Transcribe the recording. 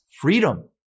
freedom